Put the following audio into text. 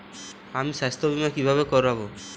আমি স্বাস্থ্য বিমা কিভাবে করাব?